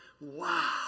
wow